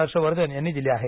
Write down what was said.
हर्षवर्धन यांनी दिली आहे